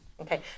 Okay